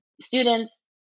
students